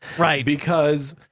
right. because,